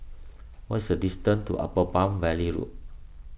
what is the distance to Upper Palm Valley Road